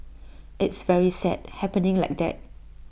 it's very sad happening like that